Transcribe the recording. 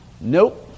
Nope